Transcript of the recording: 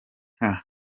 nka